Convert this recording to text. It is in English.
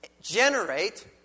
generate